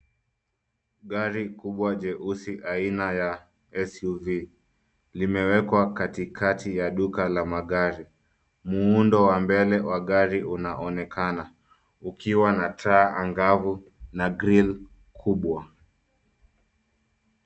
Gari kubwa jeusi aina ya SUV limewekwa katikati ya duka la magari. Muundo wa mbele wa gari unaonekana ukiwa na taa angavu na grill kubwa.